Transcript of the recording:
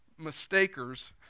mistakers